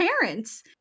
parents